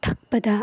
ꯊꯛꯄꯗ